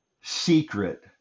secret